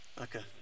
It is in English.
Okay